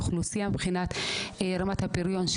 טובה של מה החסמים ונוכל להתחיל לבחון פתרונות בהתאם